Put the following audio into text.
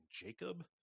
Jacob